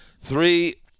Three